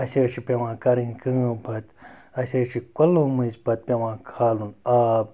اَسہِ حظ چھِ پیٚوان کَرٕنۍ کٲم پَتہٕ اَسہِ حظ چھِ کۄلو مٔنٛزۍ پَتہٕ پیٚوان کھالُن آب